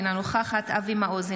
אינה נוכחת אבי מעוז,